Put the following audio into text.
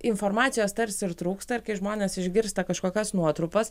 informacijos tarsi ir trūksta ir kai žmonės išgirsta kažkokias nuotrupas